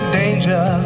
danger